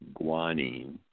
guanine